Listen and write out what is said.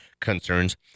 concerns